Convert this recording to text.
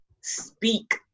speak